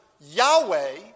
Yahweh